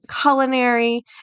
culinary